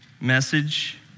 message